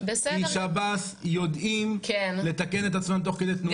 כי שב"ס יודעים לתקן את עצמם תוך כדי תנועה.